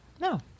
No